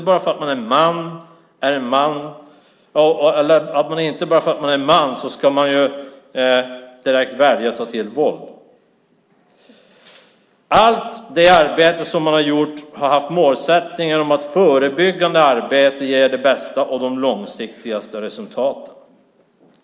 Bara för att man är man ska man inte direkt välja att ta till våld. Allt det arbete man har lagt ned har haft målsättningen att det är förebyggande arbete som ger de bästa och mest långsiktiga resultaten.